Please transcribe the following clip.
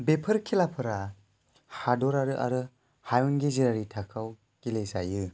बेफोर खेलाफोरा हादरारि आरो हायुं गेजेरारि थाखोआव गेलजायो